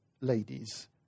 ladies